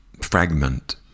fragment